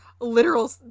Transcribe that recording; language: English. literal